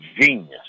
genius